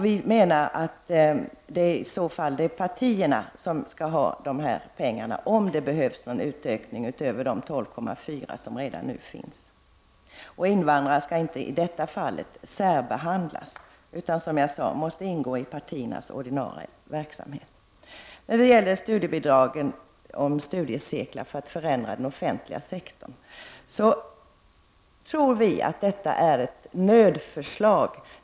Vi menar att det, om det är nödvändigt med någon utökning utöver de 12,4 miljoner som redan finns, är partierna som skall ha pengarna. Invandrare skall inte i detta fall särbehandlas, utan det måste, som jag sade, ingå i partiernas ordinarie verksamhet. Vi tror att förslaget om studiebidrag till studiecirklar för att förändra den offentliga sektorn är ett nödförslag.